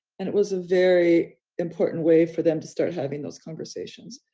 and it was a very important way for them to start having those conversations.